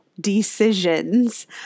decisions